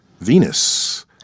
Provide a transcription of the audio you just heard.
Venus